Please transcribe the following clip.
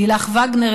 לילך וגנר,